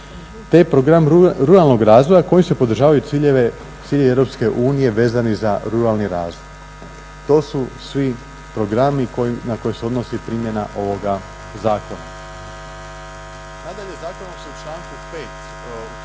te Program ruralnog razvoja kojim se podržavaju ciljevi EU vezani za ruralni razvoj. To su svi programi na koje se odnosi primjena ovoga zakona.